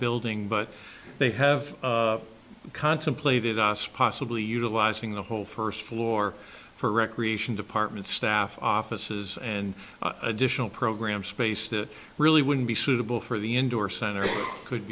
building but they have contemplated us possibly utilizing the whole first floor for recreation department staff offices and additional programs space that really wouldn't be suitable for the indoor center it could